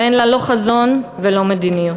ואין לה לא חזון ולא מדיניות.